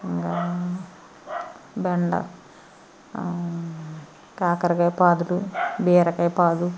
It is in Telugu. బెండ కారకాయ పాదులు బీరకాయ పాదులు